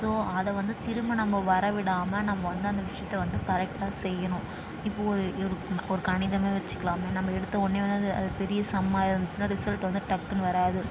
so அதை வந்து திரும்ப நம்ம வர விடாமல் நம்ம வந்து அந்த விஷயத்தை வந்து கரெக்டாக செய்யணும் இப்போ ஒரு ஒரு கணிதமே வெச்சுக்கலாமே நம்ம எடுத்த உடனே வந்து அது அது பெரிய சம்மாக இருந்துச்சுன்னா ரிசல்ட் வந்து டக்குனு வராது